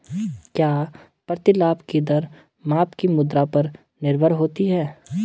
क्या प्रतिलाभ की दर माप की मुद्रा पर निर्भर होती है?